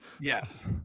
Yes